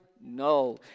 No